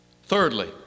Thirdly